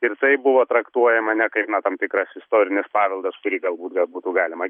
ir tai buvo traktuojama ne kaip na tam tikras istorinis paveldas kurį galbūt gal būtų galima